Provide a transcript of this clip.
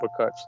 uppercuts